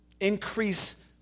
increase